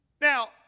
Now